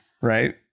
right